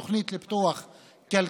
תוכנית לפיתוח כלכלי,